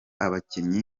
abakinnyi